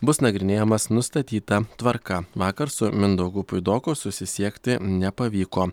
bus nagrinėjamas nustatyta tvarka vakar su mindaugu puidoku susisiekti nepavyko